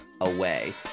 away